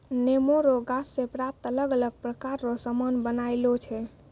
नेमो रो गाछ से प्राप्त अलग अलग प्रकार रो समान बनायलो छै